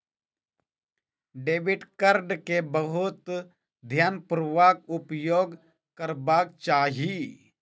debit card के बहुत ध्यानपूर्वक उपयोग करबाक चाही